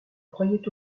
croyait